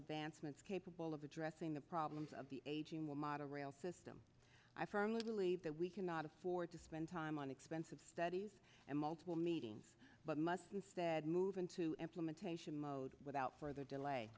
advancements capable of addressing the problems of the aging model rail system i firmly believe that we cannot afford to spend time on expensive studies and multiple meetings but must instead move into implementation mode without further delay